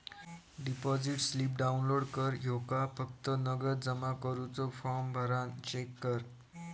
deposit slip download कर ह्येका फक्त नगद जमा करुचो फॉर्म भरान चेक कर